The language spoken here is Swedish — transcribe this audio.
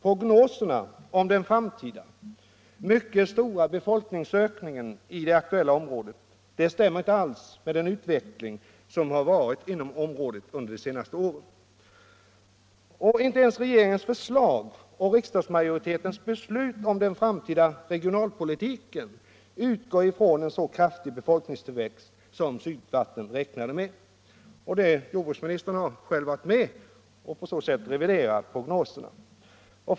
Prognoserna om den framtida, mycket stora befolkningsökningen i det aktuella området stämmer inte alls med den utveckling som skett i området under de senaste åren. Inte ens regeringens förslag och riksdagsmajoritetens beslut om den framtida regionalpolitiken utgår ifrån en så kraftig befolkningstillväxt som Sydvatten räknade med. Jordbruksministern har på så sätt alltså själv varit med om att revidera prognoserna.